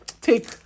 Take